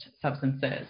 substances